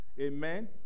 Amen